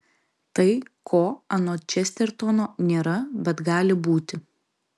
tai ko anot čestertono nėra bet gali būti